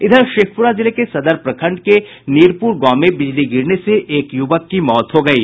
इधर शेखपुरा जिले के सदर प्रखंड के नीरपुर गांव में बिजली गिरने से एक युवक की मौत हो गयी